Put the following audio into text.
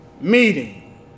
meeting